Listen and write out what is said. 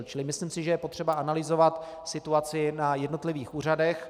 Čili myslím si, že je potřeba analyzovat situaci na jednotlivých úřadech.